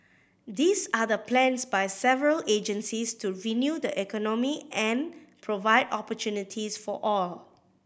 these are the plans by several agencies to renew the economy and provide opportunities for all